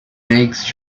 makes